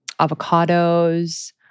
avocados